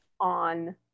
on